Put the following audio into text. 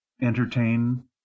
entertain